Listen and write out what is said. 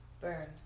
Burn